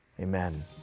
Amen